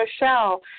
Michelle